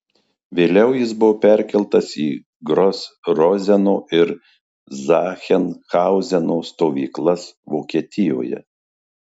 vėliau jis buvo perkeltas į gros rozeno ir zachsenhauzeno stovyklas vokietijoje